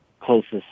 closest